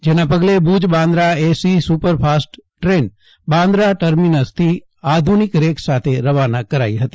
જેના પગલે Bhuj Bandra AC superfast train Bandra ટર્મિનસથી અત્યાધુનિક રેક સાથે રવાના કરાઇ હતી